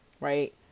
Right